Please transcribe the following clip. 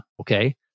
Okay